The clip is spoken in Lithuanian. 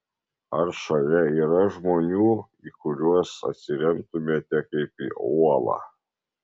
ar šalia yra žmonių į kuriuos atsiremtumėte kaip į uolą